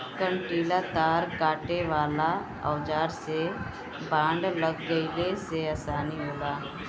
कंटीला तार काटे वाला औज़ार से बाड़ लगईले में आसानी होला